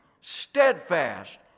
steadfast